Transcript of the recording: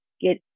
get